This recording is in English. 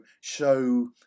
show